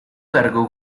cargo